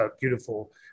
beautiful